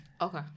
Okay